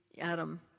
Adam